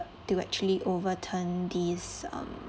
to actually overturn these um